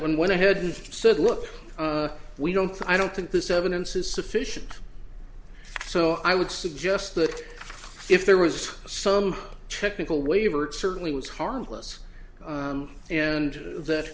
went ahead and said look we don't i don't think this evidence is sufficient so i would suggest that if there was some technical waiver it certainly was harmless and that